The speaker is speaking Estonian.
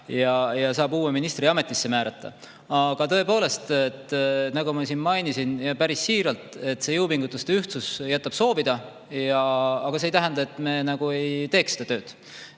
ja saab uue ministri ametisse määrata. Aga tõepoolest, nagu ma siin mainisin päris siiralt, jõupingutuste ühtsus jätab soovida, aga see ei tähenda, et me ei teeks seda tööd.